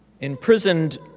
Imprisoned